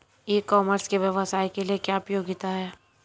ई commerce के व्यवसाय के लिए क्या उपयोगिता है?